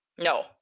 No